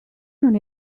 non